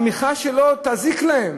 התמיכה שלו תזיק להם.